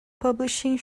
publishing